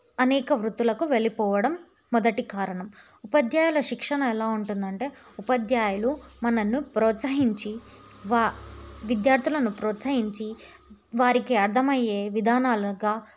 అనేక వృత్తులకు వెళ్ళిపోవడం మొదటి కారణం ఉపాధ్యాయుల శిక్షణ ఎలా ఉంటుందంటే ఉపాధ్యాయులు మనలని ప్రోత్సహించి వా విద్యార్థులను ప్రోత్సహించి వారికి అర్థమయ్యే విధానాలుగా